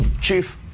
Chief